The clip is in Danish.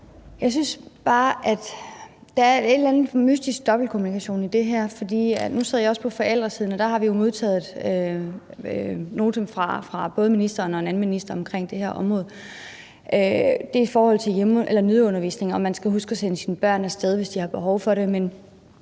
Jeg synes bare, at der er en eller anden mystisk dobbeltkommunikation i det her. Nu sidder jeg også på forældresiden, og der har vi jo modtaget noten fra både ministeren og en anden minister om det her område, altså om nødundervisning og om, at man skal huske at sende sine børn af sted, hvis de har behov for det.